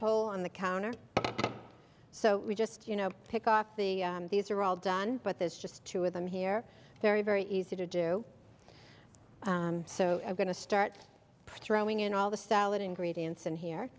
pole on the counter so we just you know pick off the these are all done but there's just two of them here very very easy to do so i'm going to start throwing in all the salad ingredients in here